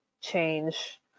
change